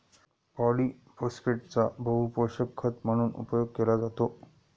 पॉलिफोस्फेटचा बहुपोषक खत म्हणून उपयोग केला जातो